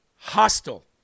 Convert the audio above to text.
hostile